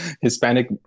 Hispanic